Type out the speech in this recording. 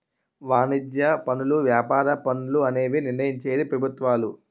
వాణిజ్య పనులు వ్యాపార పన్నులు అనేవి నిర్ణయించేది ప్రభుత్వాలు